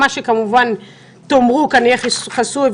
מה שתאמרו כאן יהיה חסוי,